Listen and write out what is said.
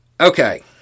Okay